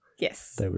Yes